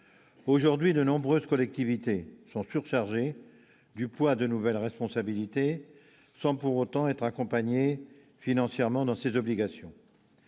aujourd'hui de nombreuses collectivités sont surchargés, du poids de nouvelles responsabilités sans pour autant être accompagné financièrement dans ses obligations,